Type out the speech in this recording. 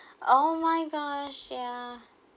oh my gosh ya